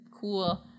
cool